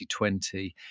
2020